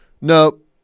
Nope